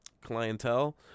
clientele